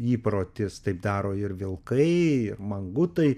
įprotis taip daro ir vilkai mangutai